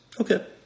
Okay